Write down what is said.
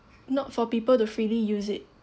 not for people to freely use it